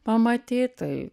pamatyt tai